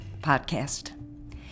Podcast